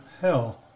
hell